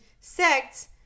sects